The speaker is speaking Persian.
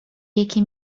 یکی